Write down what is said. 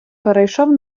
перейшов